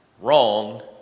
wrong